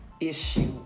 issue